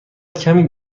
کمی